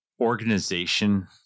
organization